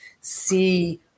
see